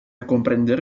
comprender